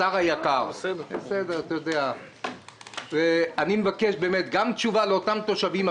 אני מבקש תשובה לאותם תושבים,